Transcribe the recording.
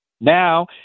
Now